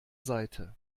seite